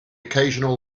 occasional